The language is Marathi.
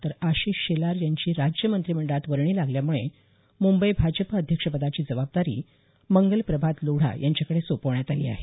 तर आशिष शेलार यांची राज्य मंत्रिमंडळात वर्णी लागल्यामुळे मुंबई भाजप अध्यक्षपदाची जबाबदारी मंगल प्रभात लोढा यांच्याकडे सोपवण्यात आली आहे